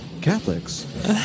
Catholics